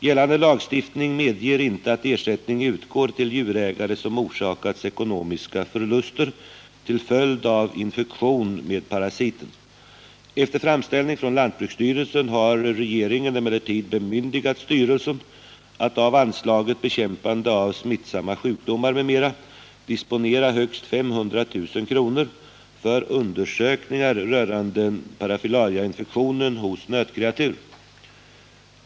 Gällande lagstiftning medger inte att ersättning utgår till djurägare, som orsakats ekonomiska förluster till följd av infektion på grund av parasiten. Efter framställning från lantbruksstyrelsen har regeringen emellertid bemyndigat styrelsen att av anslaget Bekämpande av smittsamma sjukdomar, m.m., disponera högst 500 000 kr. för undersökningar rörande parafilariainfektion hos nötkreatur.